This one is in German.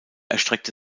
erstreckte